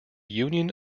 union